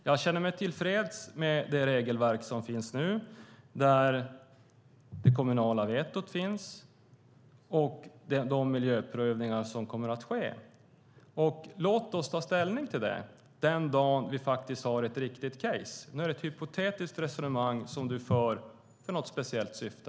Jag känner mig tillfreds med det regelverk som finns, det kommunala vetot och de miljöprövningar som kommer att ske. Låt oss ta ställning till detta den dag vi faktiskt har ett riktigt case! Nu är det ett hypotetiskt resonemang som du för i något speciellt syfte.